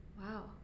Wow